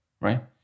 right